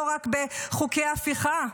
לא רק בחוקי הפיכה.